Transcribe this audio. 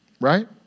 Right